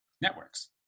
networks